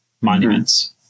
monuments